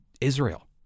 Israel